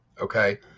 Okay